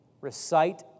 Recite